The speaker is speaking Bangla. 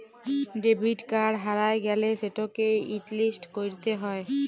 ডেবিট কাড় হারাঁয় গ্যালে সেটকে হটলিস্ট ক্যইরতে হ্যয়